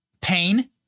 pain